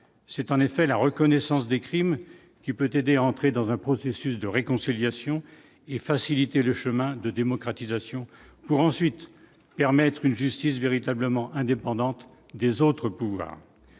c'est en effet la reconnaissance des crimes qui peut aider à entrer dans un processus de réconciliation et faciliter le chemin de démocratisation pour ensuite permettre une justice véritablement indépendante des autres pouvoirs,